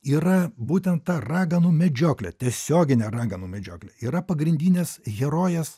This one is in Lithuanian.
yra būtent ta raganų medžioklė tiesioginė raganų medžioklė yra pagrindinės herojės